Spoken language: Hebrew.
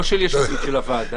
לא של יש עתיד, של הוועדה.